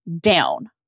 down